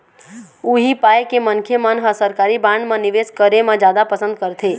उही पाय के मनखे मन ह सरकारी बांड म निवेस करे म जादा पंसद करथे